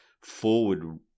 forward